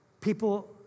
People